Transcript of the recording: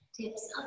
tips